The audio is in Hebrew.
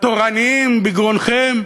התורניים, בגרונכם,